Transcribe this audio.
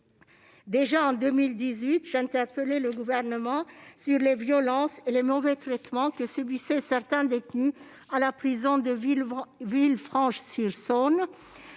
Déjà en 2018, j'interpellais le Gouvernement sur les violences et les mauvais traitements que subissaient certains détenus à la prison de Villefranche-sur-Saône.